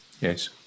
Yes